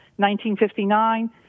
1959